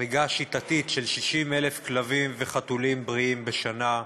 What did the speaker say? הריגה שיטתית של 60,000 כלבים וחתולים בריאים בשנה,